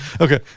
okay